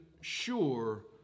sure